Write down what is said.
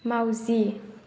माउजि